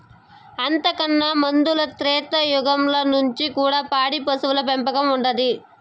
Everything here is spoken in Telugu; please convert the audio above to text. అంతకన్నా ముందల త్రేతాయుగంల నుంచి కూడా పాడి పశువుల పెంపకం ఉండాది